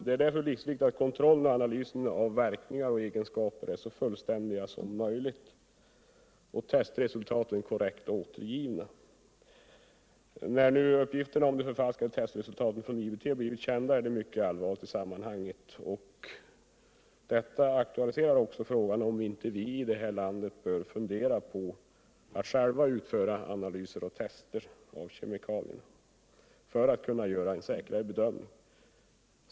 Det är därför livsviktigt att kontrollen och analyserna av verkningar och egenskaper är så fullständiga som möjligt och testresultaten korrekt återgivna. När nu uppgifterna om de förfalskade testresultaten från IBT blivit kända är detta mycket allvarligt i sammanhanget. Det aktualiserar också frågan om inte vi i det här landet bör fundera på att själva utföra analyser och tester av kemikalier för att kunna göra on säkrare bedömning.